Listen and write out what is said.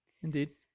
Indeed